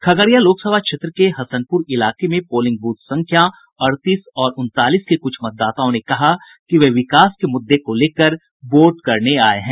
खगड़िया लोकसभा क्षेत्र के हसनपुर इलाके में पोलिंग बूथ संख्या अड़तीस और उनतालीस के कुछ मतदाताओं ने कहा कि वे विकास के मुद्दे को लेकर वोट करने आये हैं